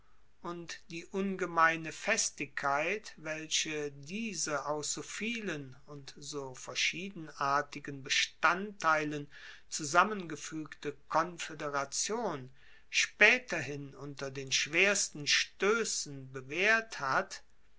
und die ungemeine festigkeit welche diese aus so vielen und so verschiedenartigen bestandteilen zusammengefuegte konfoederation spaeterhin unter den schwersten stoessen bewaehrt hat